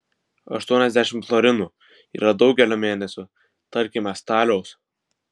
aštuoniasdešimt florinų yra daugelio mėnesių tarkime staliaus